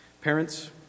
Parents